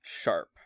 Sharp